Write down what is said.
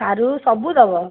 ସାରୁ ସବୁ ଦେବ